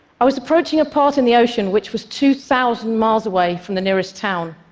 i was approaching a part in the ocean which was two thousand miles away from the nearest town.